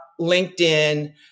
LinkedIn